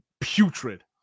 putrid